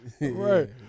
Right